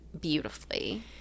beautifully